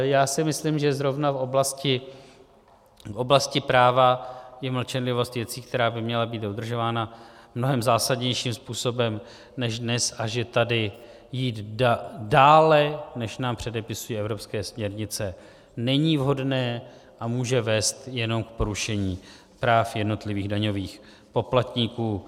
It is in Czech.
Já si myslím, že zrovna v oblasti práva je mlčenlivost věcí, která by měla být dodržována mnohem zásadnějším způsobem než dnes, a že tady jít dále, než nám předepisují evropské směrnice, není vhodné a může vést jenom k porušení práv jednotlivých daňových poplatníků.